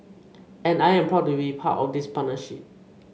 and I am proud to be part of this partnership